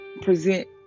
present